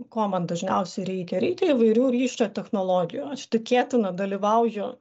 ko man dažniausiai reikia reikia įvairių ryšio technologijų aš tikėtina dalyvauju